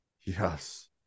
Yes